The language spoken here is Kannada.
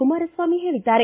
ಕುಮಾರಸ್ವಾಮಿ ಹೇಳಿದ್ದಾರೆ